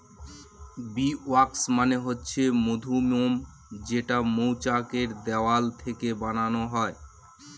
bee wax মানে হচ্ছে মধুমোম যেটা মৌচাক এর দেওয়াল থেকে বানানো হয়